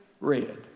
red